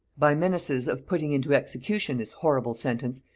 by menaces of putting into execution this horrible sentence,